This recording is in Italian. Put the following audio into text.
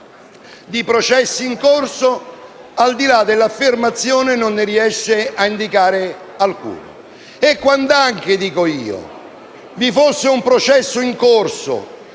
di processi in corso, al di là dell'affermazione non ne riesce ad indicare alcuno. Inoltre, quand'anche vi fosse un processo in corso